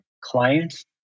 clients